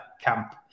camp